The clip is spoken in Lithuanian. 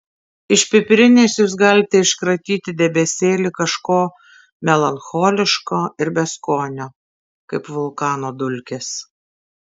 iš pipirinės jūs galite iškratyti debesėlį kažko melancholiško ir beskonio kaip vulkano dulkės